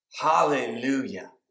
Hallelujah